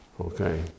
Okay